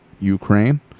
Ukraine